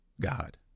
God